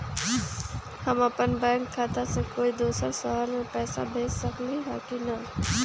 हम अपन बैंक खाता से कोई दोसर शहर में पैसा भेज सकली ह की न?